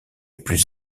plus